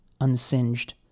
unsinged